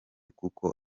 kuko